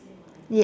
yes